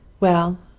well,